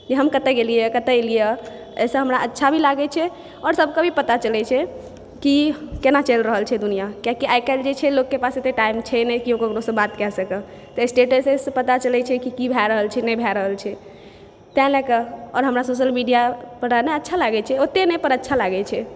कि हम कतऽ गेलियै कतऽ एलियै एहिसँ हमरा अच्छा भी लागै छै आओर सबके भी पता चलै छै कि केना चलि रहल छै दुनिआँ कियाकि आइकाल्हि जे छै लोगके पास एते टाइम छै नहि कि ककरो सँ बात कए सकै तऽ स्टेटससँ पता चलै छै कि कि भए रहल छै कि नहि भऽ रहल छै तैं लऽ कऽ आओर हमरा सबसँ सोशल मीडियापर रहनाइ अच्छा लागै छै ओते नहि पर अच्छा लागै छै